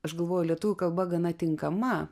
aš galvoju lietuvių kalba gana tinkama